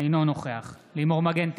אינו נוכח לימור מגן תלם,